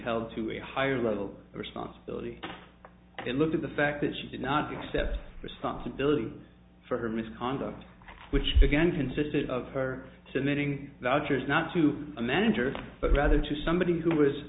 held to a higher level of responsibility and look at the fact that she did not accept responsibility for her misconduct which again consisted of her submitting vulture's not to a manager but rather to somebody who